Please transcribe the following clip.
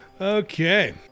Okay